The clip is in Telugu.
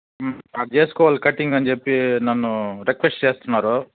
అక్కడ చేసుకోవాలి కటింగ్ అని చెప్పి నన్ను రిక్వెస్ట్ చేస్తున్నారు